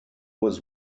was